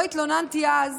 לא התלוננתי אז,